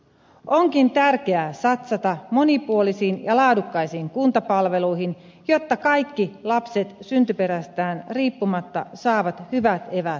onkin tärkeää satsata monipuolisiin ja laadukkaisiin kuntapalveluihin jotta kaikki lapset syntyperästään riippumatta saavat hyvät eväät elämäänsä